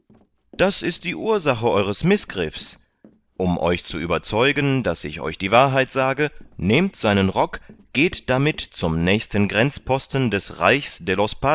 das ist die ursache eures mißgriffs um euch zu überzeugen daß ich euch die wahrheit sage nehmt seinen rock geht damit zum nächsten grenzposten des reichs